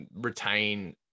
retain